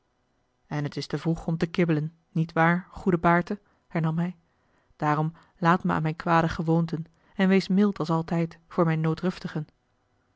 en t is te vroeg om te kibbelen niet waar goede baerte hernam hij daarom laat me aan mijne kwade gewoonten en wees mild als altijd voor mijne